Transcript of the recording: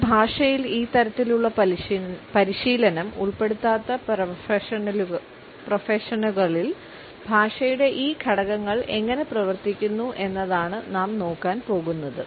എന്നാൽ ഭാഷയിൽ ഈ തരത്തിലുള്ള പരിശീലനം ഉൾപ്പെടുത്താത്ത പ്രൊഫഷണലുകളിൽ ഭാഷയുടെ ഈ ഘടകങ്ങൾ എങ്ങനെ പ്രവർത്തിക്കുന്നു എന്നതാണ് നാം നോക്കാൻ പോകുന്നത്